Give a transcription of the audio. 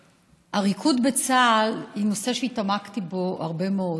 עריקות בצה"ל הוא נושא שהתעמקתי בו הרבה מאוד.